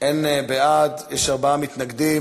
אין בעד, יש ארבעה מתנגדים.